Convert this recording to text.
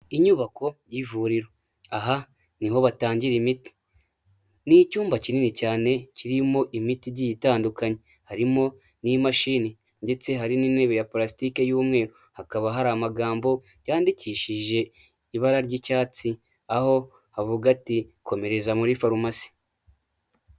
Inyubako y'ivuriro aha niho batangira imiti, ni icyumba kinini cyane kirimo imiti igiye itandukanye harimo n'imashini ndetse hari n'intebe ya porasitiki y'umweru, hakaba hari amagambo yandikishije ibara ry'icyatsi aho havuga ati komereza muri forumasi.